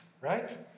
right